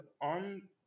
on